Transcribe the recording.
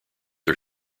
are